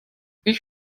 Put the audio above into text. ich